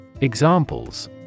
Examples